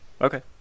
Okay